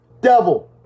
Devil